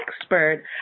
expert